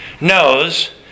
knows